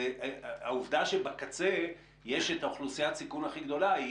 העובדה שבקצה יש את אוכלוסיית הסיכון הכי גדולה,